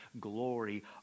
glory